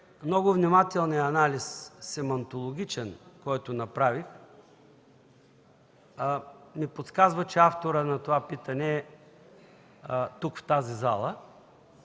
много внимателния семантологичен анализ, който направих, ми подсказа, че авторът на това питане е тук, в тази зала.